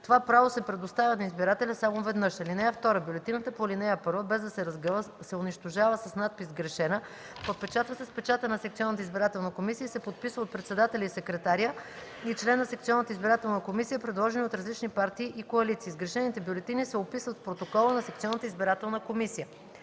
Това право се предоставя на избирателя само веднъж. (2) Бюлетината по ал. 1, без да се разгъва, се унищожава с надпис „сгрешена”, подпечатва се с печата на секционната избирателна комисия и се подписва от председателя и секретаря и член на секционната избирателна комисия, предложени от различни партии и коалиции. Сгрешените бюлетини се описват в протокола на секционната избирателна комисия.”